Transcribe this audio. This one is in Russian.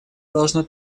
должно